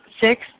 Six